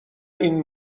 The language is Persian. این